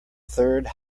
third